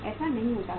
ऐसा नहीं होता है